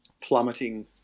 plummeting